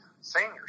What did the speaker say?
seniors